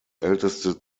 älteste